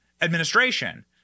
administration